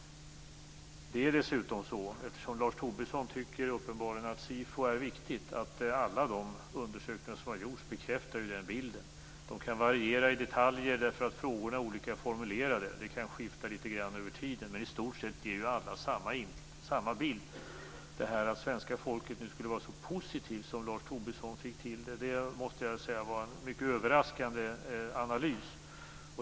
Eftersom Lars Tobisson uppenbarligen tycker att SIFO är viktigt vill jag påpeka att alla de undersökningar som har gjorts bekräftar den bilden. Det kan variera i detaljer därför att frågorna är olika formulerade, och det kan skifta litet grand över tiden, men i stort sett ger alla samma bild. Detta att svenska folket nu skulle vara så positivt, som Lars Tobisson fick till det, var en mycket överraskande analys.